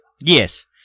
Yes